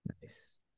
Nice